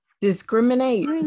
discriminate